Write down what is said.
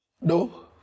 No